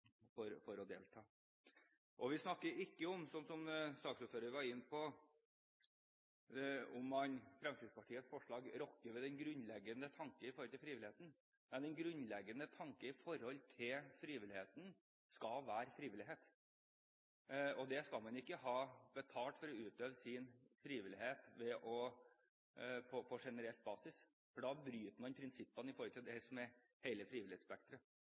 for å delta? Vi snakker ikke om, som saksordføreren var inne på, hvorvidt Fremskrittspartiets forslag rokker ved den grunnleggende tanke med hensyn til frivilligheten. Den grunnleggende tanke når det gjelder frivilligheten, skal være frivillighet. Man skal ikke ha betalt for å utøve sin frivillighet på generell basis, for da bryter man prinsippene med tanke på det som er hele